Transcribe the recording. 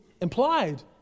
implied